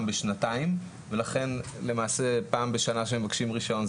בשנתיים ולכן למעשה פעם בשנה שהם מבקשים רישיון,